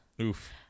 Oof